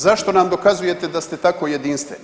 Zašto nam dokazujete da ste tako jedinstveni?